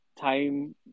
time